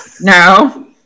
No